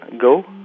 go